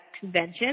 convention